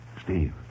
Steve